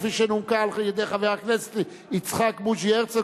כפי שנומקה על-ידי חבר הכנסת יצחק בוז'י הרצוג,